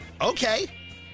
okay